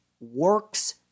works